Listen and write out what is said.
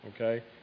okay